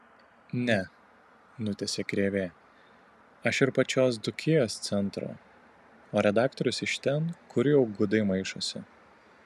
ne nutęsė krėvė aš ir pačios dzūkijos centro o redaktorius iš ten kur jau gudai maišosi